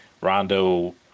Rondo